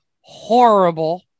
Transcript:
horrible